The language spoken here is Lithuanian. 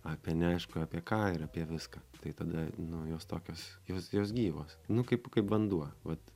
apie neaišku apie ką ir apie viską tai tada nu jos tokios jos jos gyvos nu kaip kaip vanduo vat